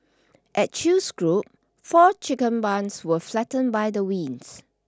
at Chew's Group four chicken barns were flattened by the winds